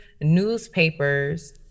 newspapers